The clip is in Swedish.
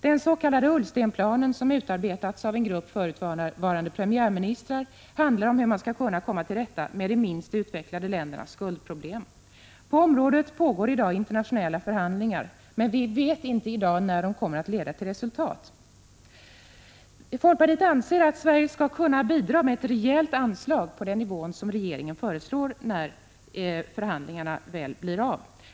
Den s.k. Ullstenplanen, som utarbetats av en grupp förutvarande premiärministrar, handlar om hur man skall kunna komma till rätta med de minst utvecklade ländernas skuldproblem. På området pågår i dag internationella förhandlingar, men vi vet i dag inte när de kommer att leda till resultat. Folkpartiet anser att Sverige skall kunna bidra med ett rejält anslag på den nivå som regeringen föreslår när förhandlingarna väl blir av.